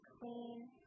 clean